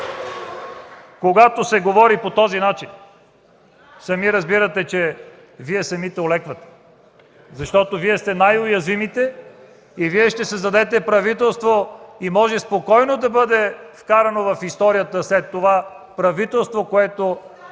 Когато се говори по този начин, самите разбирате, че самите Вие олеквате, защото сте най-уязвимите. Вие ще създадете правителство и може спокойно да бъде вкарано в историята след това като правителство, което